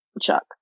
Chuck